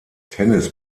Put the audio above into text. tennis